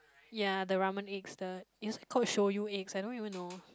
ya the ramen eggs the it's called Shoyu eggs I don't even know